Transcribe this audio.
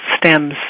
stems